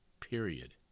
Period